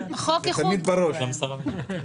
חוק וסדר.